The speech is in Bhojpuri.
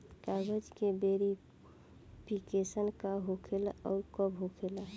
कागज के वेरिफिकेशन का हो खेला आउर कब होखेला?